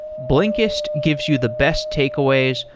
blinkist gives you the best takeaways,